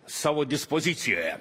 savo dispozicijoje